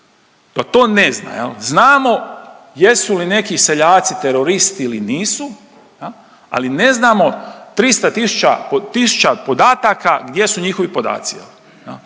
Da to ne zna. Znamo jesu li neki seljaci teroristi ili nisu ali ne znamo 300 tisuća, tisuća podataka gdje su njihovi podaci.